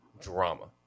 drama